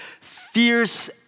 fierce